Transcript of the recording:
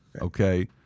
Okay